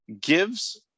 gives